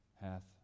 hath